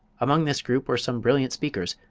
among this group were some brilliant speakers,